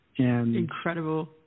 Incredible